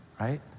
right